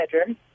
bedroom